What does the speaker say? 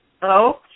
Hello